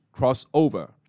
crossover